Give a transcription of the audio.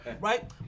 Right